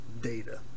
data